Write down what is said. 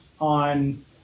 on